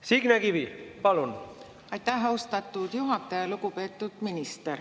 Signe Kivi, palun! Aitäh, austatud juhataja! Lugupeetud minister!